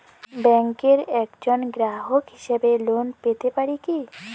ব্যাংকের একজন গ্রাহক হিসাবে লোন পেতে পারি কি?